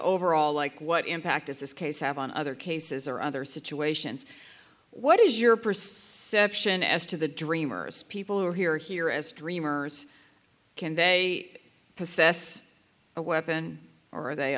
overall like what impact is this case have on other cases or other situations what is your perception as to the dreamers people who are here here as dreamers can they possess a weapon or are they